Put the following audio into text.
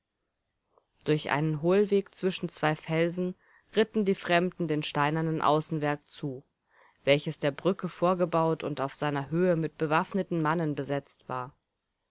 durch einen hohlweg zwischen zwei felsen ritten die fremden dem steinernen außenwerk zu welches der brücke vorgebaut und auf seiner höhe mit bewaffneten mannen besetzt war